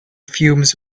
fumes